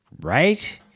Right